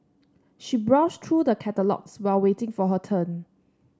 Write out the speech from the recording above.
she browsed through the catalogues while waiting for her turn